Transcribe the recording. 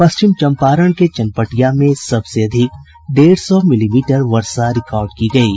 पश्चिम चम्पारण के चनपटिया में सबसे अधिक डेढ़ सौ मिलीमीटर वर्षा रिकॉर्ड की गयी